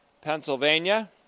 Pennsylvania